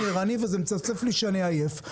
אני ערני וזה מצפצף לי שאני עייף,